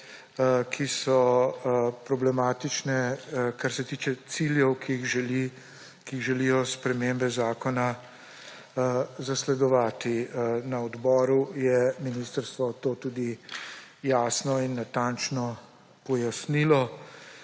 ki so problematične, kar se tiče ciljev, ki jih želijo spremembe zakona zasledovati. Na odboru je ministrstvo to tudi jasno in natančno pojasnilo.